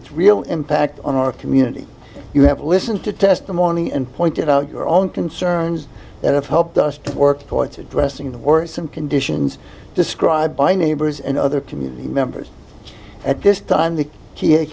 its real impact on our community you have to listen to testimony and pointed out your own concerns that have helped us to work towards addressing the worrisome conditions described by neighbors and other community members at this time the